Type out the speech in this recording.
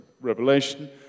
Revelation